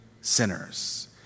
sinners